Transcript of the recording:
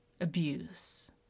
abuse